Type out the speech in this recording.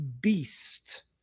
beast